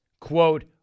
quote